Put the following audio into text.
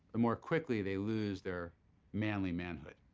the more quickly they lose their manly manhood.